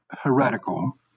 heretical